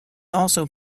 also